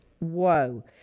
Whoa